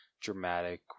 dramatic